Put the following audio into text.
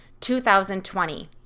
2020